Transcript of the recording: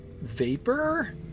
vapor